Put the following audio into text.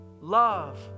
love